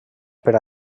per